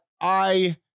I-